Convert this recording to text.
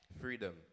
Freedom